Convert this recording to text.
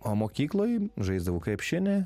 o mokykloj žaisdavau krepšinį